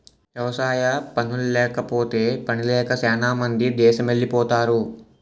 వ్యవసాయ పనుల్లేకపోతే పనిలేక సేనా మంది దేసమెలిపోతరు